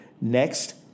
Next